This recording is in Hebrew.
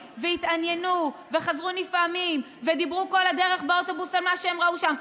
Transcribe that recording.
והתעניינו וחזרו נפעמים ודיברו כל הדרך באוטובוס על מה שהם ראו שם.